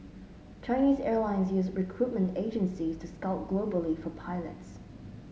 Chinese Airlines use recruitment agencies to scout globally for pilots